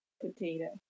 potato